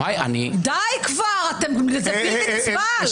די כבר, זה בלתי נסבל.